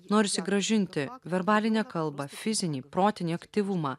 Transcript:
norisi grąžinti verbalinę kalbą fizinį protinį aktyvumą